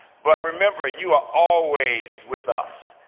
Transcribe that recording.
but remember, you are always with us.